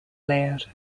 layout